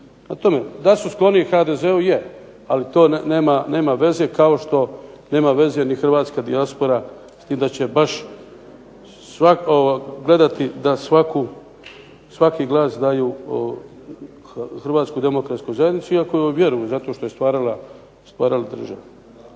tome, da su skloni HDZ-u je, ali to nema veze kao što nema veze ni hrvatska dijaspora s tim da će baš gledati da svaki glas daju Hrvatskoj demokratskoj zajednici, iako joj vjeruju zato što je stvarala državu.